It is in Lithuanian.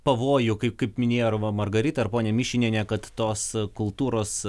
pavojų kaip kaip minėjo ar va margarita ar ponia mišinienė kad tos kultūros